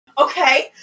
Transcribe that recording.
Okay